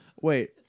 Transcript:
Wait